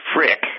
Frick